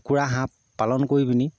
কুকুৰা হাঁহ পালন কৰি পিনি